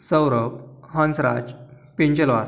Saurav Hansraj Penchalwar